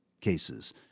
cases